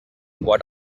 what